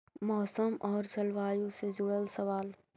मौसम और जलवायु से जुड़ल सवाल?